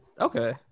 Okay